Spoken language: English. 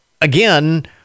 again